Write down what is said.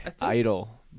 Idle